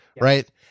right